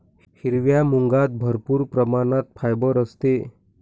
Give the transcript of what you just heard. हिरव्या मुगात भरपूर प्रमाणात फायबर असते